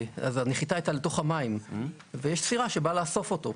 הנחיתה הייתה לתוך המים והייתה סירה שבאה לאסוף אותו.